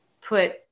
put